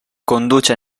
conduce